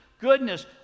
goodness